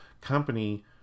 company